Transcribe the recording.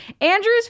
Andrew's